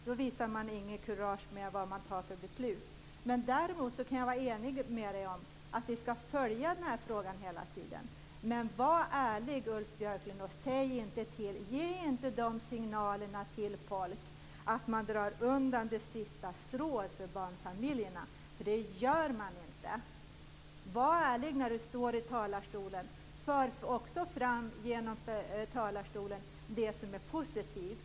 Då visar man inget kurage inför vad man fattar för beslut. Däremot är jag enig med Ulf Björklund om att vi skall följa denna fråga hela tiden. Men var ärlig, Ulf Björklund, och ge inte signaler till folk om att man drar undan det sista strået för barnfamiljerna, för det gör man inte. Var ärlig i talarstolen och för också fram det som är positivt!